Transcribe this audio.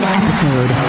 episode